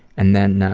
and then